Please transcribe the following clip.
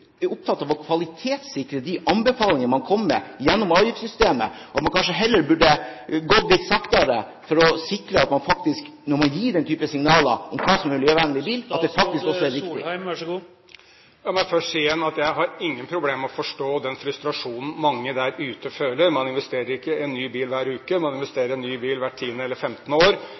opptatt av å kvalitetssikre de anbefalinger man kom med gjennom avgiftssystemet, og at man kanskje heller burde gått litt saktere frem for å sikre at man, da man ga en type signaler om hva som var en miljøvennlig bil, faktisk også ga riktige signaler? La meg først si igjen at jeg har ingen problemer med å forstå den frustrasjonen mange der ute føler. Man investerer ikke i en ny bil hver uke, man investerer i en ny bil hvert 10. eller 15. år,